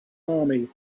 army